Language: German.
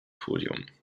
podium